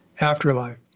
afterlife